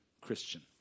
Christian